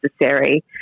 necessary